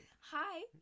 hi